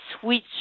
switch